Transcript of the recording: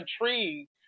intrigued